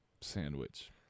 Sandwich